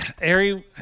Ari